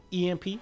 EMP